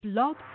Blog